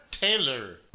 Taylor